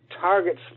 targets